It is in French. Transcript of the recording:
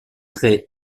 traits